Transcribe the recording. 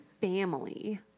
family